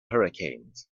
hurricanes